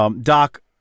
Doc